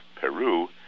Peru